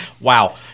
wow